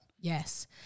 yes